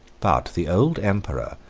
but the old emperor,